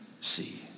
see